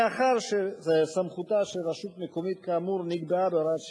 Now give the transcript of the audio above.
מאחר שסמכותה של רשות מקומית כאמור נקבעה בהוראת שעה,